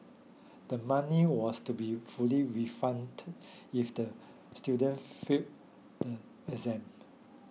the money was to be fully refunded if the students fail the exam